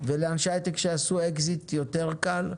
ולאנשי היי-טק שעשו אקזיט יותר קל,